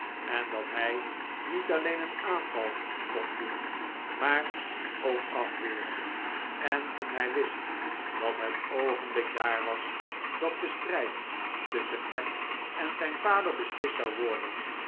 en dat hij niet alleen een aanval kon doen maar dien ook afweren en toen hij wist dat het oogenblik daar was dat de strijd tusschen hem en zijn vader beslist zou worden